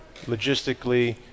Logistically